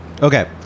Okay